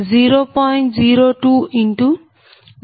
02020